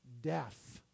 death